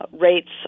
rates